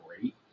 great